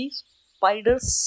spiders